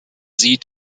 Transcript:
sie